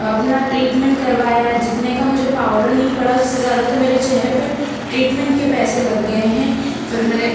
अपना ट्रीट्मेन्ट करवाया है जितने का मुझे पाउडर नहीं पड़ा उससे ज़्यादा तो मेरे चेहरे पे ट्रीट्मेन्ट के पैसे लग गए हैं फिर मैंने